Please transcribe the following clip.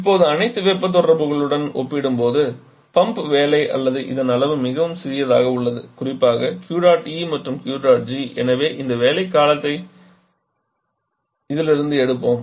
இப்போது அனைத்து வெப்ப தொடர்புகளுடன் ஒப்பிடும்போது பம்ப் வேலை அல்லது இதன் அளவு மிகவும் சிறியது குறிப்பாக Q dot E மற்றும் Q dot G எனவே இந்த வேலை காலத்தை இதிலிருந்து எடுப்போம்